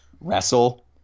wrestle